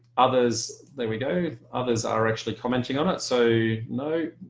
others there we go others are actually commenting on it so no